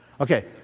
Okay